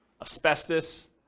asbestos